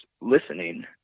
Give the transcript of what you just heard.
listening